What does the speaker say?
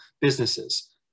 businesses